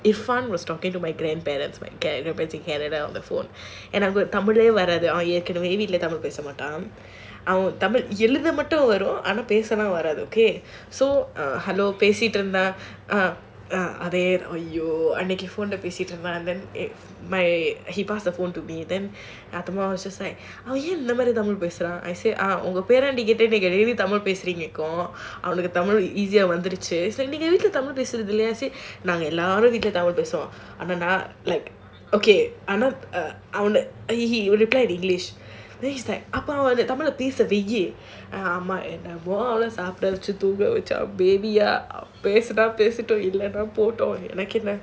if fan was talking to my grandparents my grandparents in canada on the phone and then tamil eh வராது அவன் ஏற்கனவே வீட்ல:varathu avan yerkanave veetla tamil பேசமாட்டான் அவன்:pesamaattaan avan tamil எழுத மட்டும் வரும் ஆனா பேச வராது:ezhutha mattum varum aanaa pesa varaathu he pass the phone to me then இந்த மாதிரி:intha maathiri tamil பேசுறானா:pesuraanaa like okay he replied in english எனக்கென்ன:enakkaennaa